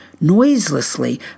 noiselessly